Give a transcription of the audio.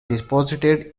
deposited